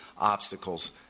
obstacles